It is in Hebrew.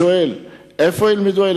איפה הם ילמדו?